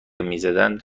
میزدن